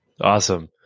Awesome